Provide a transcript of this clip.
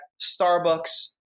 Starbucks